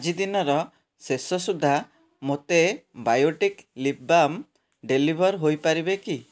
ଆଜି ଦିନର ଶେଷ ସୁଦ୍ଧା ମୋତେ ବାୟୋଟିକ୍ ଲିପ୍ ବାମ୍ ଡ଼େଲିଭର୍ ହୋଇପାରିବେ କି